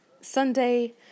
Sunday